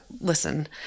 listen